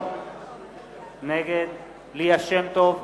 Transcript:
נגד ליה שמטוב,